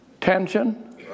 tension